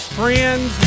friends